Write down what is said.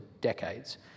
decades